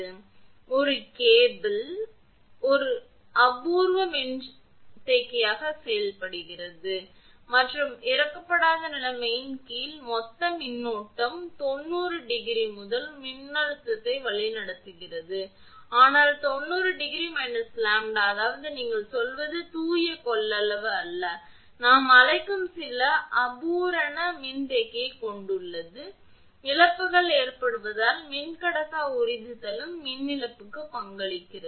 எனவே ஒரு கேபிள் ஒரு அபூரண மின்தேக்கியாக செயல்படுகிறது மற்றும் இறக்கப்படாத நிலைமைகளின் கீழ் மொத்த மின்னோட்டம் தொண்ணூறு டிகிரி மூலம் மின்னழுத்தத்தை வழிநடத்துகிறது ஆனால் 90 ° 𝛿 அதாவது நீங்கள் சொல்வது தூய கொள்ளளவு அல்ல ஆனால் நாம் அழைக்கும் சில அபூரண மின்தேக்கியைக் கொண்டுள்ளது ஏனெனில் இழப்புகள் ஏற்படுவதால் மின்கடத்தா உறிஞ்சுதலும் மின் இழப்புக்கு பங்களிக்கிறது